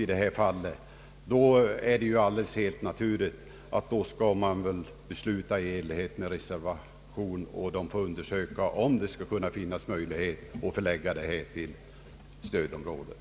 I så fall är det helt naturligt att man bör besluta i enlighet med reservationens förslag och undersöka om det finns möjligheter att förlägga myntverket till stödområdet.